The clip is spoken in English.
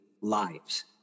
lives